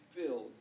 filled